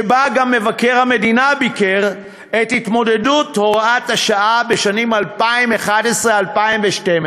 וגם מבקר המדינה ביקר את התמודדות הוראת השעה בשנים 2011 2012,